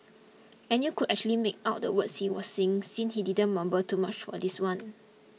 and you could actually make out the words he was singing since he didn't mumble too much for this one